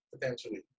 potentially